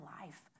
life